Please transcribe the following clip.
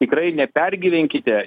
tikrai nepergyvenkite